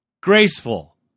graceful